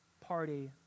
party